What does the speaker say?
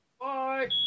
Bye